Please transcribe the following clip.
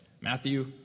matthew